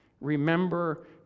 remember